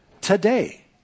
today